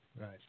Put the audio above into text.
Right